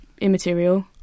immaterial